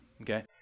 Okay